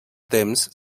temps